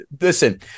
Listen